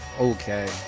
okay